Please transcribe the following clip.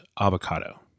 avocado